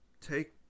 take